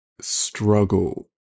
struggle